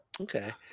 okay